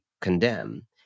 condemn